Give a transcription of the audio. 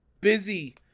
busy